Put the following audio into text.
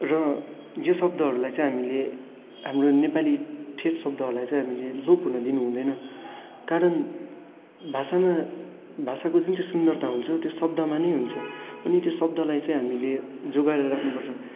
र यो शब्दहरूलाई चाहिँ हामीले हाम्रो नेपाली ठेट शब्दहरूलाई चाहिँ हामीले लोप हुन दिनु हुँदैन कारण भाषामा भाषाको जुन चाहिँ सुन्दरता हुन्छ त्यो शब्दमा नै हुन्छ अनि त्यो शब्दलाई चाहिँ हामीले जोगाएर राख्नु पर्छ